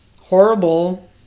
horrible